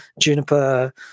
Juniper